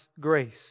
grace